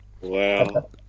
Wow